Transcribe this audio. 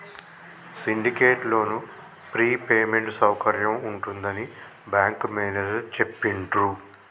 syndicate loan prepayment సౌకర్యం ఉంటుందని bank manager చెప్పిండ్రు